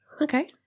Okay